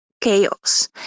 chaos